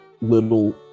little